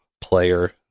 player